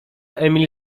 emil